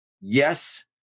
yes